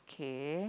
K